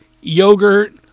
yogurt